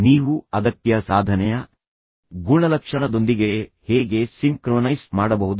ನೀವು ಅಗತ್ಯ ಸಾಧನೆಯ ಗುಣಲಕ್ಷಣದೊಂದಿಗೆ ಹೇಗೆ ಸಿಂಕ್ರೊನೈಸ್ ಮಾಡಬಹುದು